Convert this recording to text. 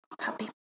Happy